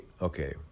okay